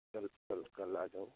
कल कल कल आ जाओ